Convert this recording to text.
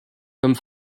comme